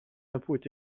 impôts